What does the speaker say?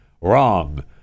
Wrong